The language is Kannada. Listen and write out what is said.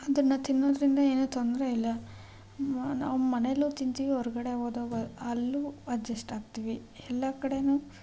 ಅದನ್ನು ತಿನ್ನೋದರಿಂದ ಏನೂ ತೊಂದರೆ ಇಲ್ಲ ನಾವು ಮನೆಯಲ್ಲೂ ತಿಂತೀವಿ ಹೊರಗಡೆ ಹೋದಾಗ ಅಲ್ಲೂ ಅಡ್ಜಸ್ಟ್ ಆಗ್ತೀವಿ ಎಲ್ಲ ಕಡೇನೂ